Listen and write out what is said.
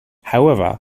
however